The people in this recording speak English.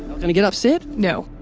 going to get upset? no.